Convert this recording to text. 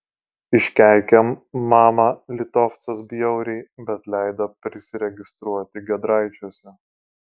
iškeikė mamą litovcas bjauriai bet leido prisiregistruoti giedraičiuose